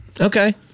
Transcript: Okay